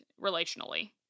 relationally